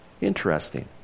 Interesting